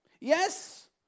Yes